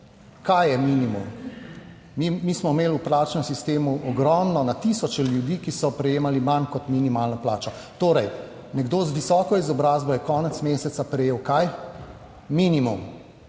kaj je minimum? Mi smo imeli v plačnem sistemu ogromno, na tisoče ljudi, ki so prejemali manj kot minimalno plačo. Torej, nekdo z visoko izobrazbo je konec meseca prejel, kaj, minimum